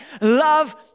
love